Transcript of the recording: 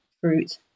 fruit